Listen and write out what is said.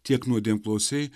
tiek nuodėmklausiai